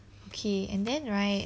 okay and then right